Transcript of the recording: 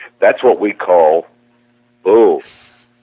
that's what we call oh, so